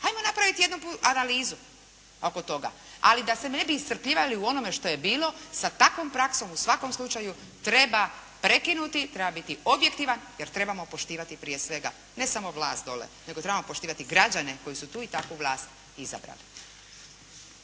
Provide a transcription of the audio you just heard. Hajmo napraviti jednu analizu oko toga, ali da se ne bi iscrpljivali u onome što je bilo, sa takvom praskom, u svakom slučaju treba prekinuti, treba biti objektivan jer trebamo poštivati prije svega, ne samo vlast dole, nego trebamo poštivati građane koji su i takvu vlast izabrali.